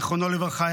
זיכרונו לברכה,